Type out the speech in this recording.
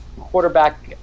quarterback